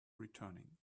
returning